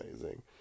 amazing